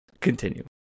continue